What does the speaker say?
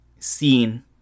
seen